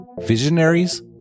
Visionaries